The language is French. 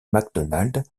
macdonald